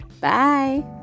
bye